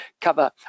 cover